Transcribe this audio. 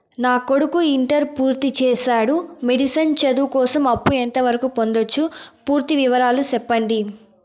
నా కొడుకు ఇంటర్ పూర్తి చేసాడు, మెడిసిన్ చదువు కోసం అప్పు ఎంత వరకు పొందొచ్చు? పూర్తి వివరాలు సెప్పండీ?